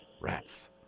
Rats